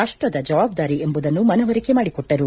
ರಾಷ್ಟದ ಜವಾಬ್ದಾರಿ ಎಂಬುದನ್ನು ಮನವರಿಕೆ ಮಾಡಿಕೊಟ್ಟರು